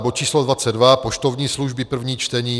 bod číslo 22, poštovní služby, první čtení,